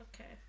Okay